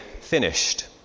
finished